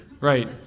Right